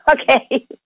Okay